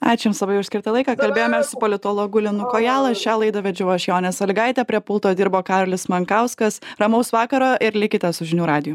ačiū jums labai už skirtą laiką kalbėjomės su politologu linu kojala šią laidą vedžiau aš jonė saligaitė prie pulto dirbo karolis mankauskas ramaus vakaro ir likite su žinių radiju